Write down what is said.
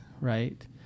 Right